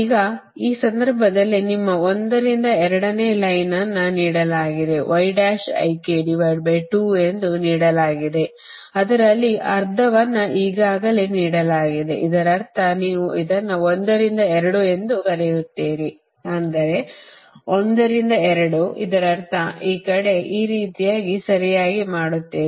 ಈಗ ಈ ಸಂದರ್ಭದಲ್ಲಿ ನಿಮ್ಮ 1 ರಿಂದ 2 ನೇ ಲೈನ್ ಅನ್ನು ನೀಡಲಾಗಿದೆ ಎಂದು ನೀಡಲಾಗಿದೆ ಅದರಲ್ಲಿ ಅರ್ಧವನ್ನು ಈಗಾಗಲೇ ನೀಡಲಾಗಿದೆ ಇದರರ್ಥ ನೀವು ಇದನ್ನು 1 ರಿಂದ 2 ಎಂದು ಕರೆಯುತ್ತೀರಿ ಅಂದರೆ 1 ರಿಂದ 2 ಇದರರ್ಥ ಈ ಕಡೆ ಈ ರೀತಿ ಸರಿಯಾಗಿ ಮಾಡುತ್ತೇನೆ